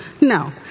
No